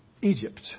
Egypt